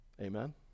Amen